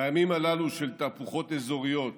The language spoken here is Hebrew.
בימים הללו של תהפוכות אזוריות